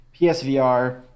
PSVR